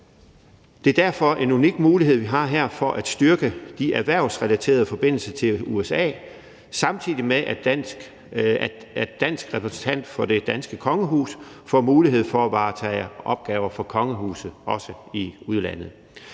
Det er derfor en unik mulighed, vi har her, for at styrke de erhvervsrelaterede forbindelser til USA, samtidig med at en dansk repræsentant for det danske kongehus får mulighed for at varetage opgaver for kongehuset også i udlandet.